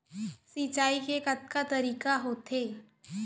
सिंचाई के कतका तरीक़ा होथे?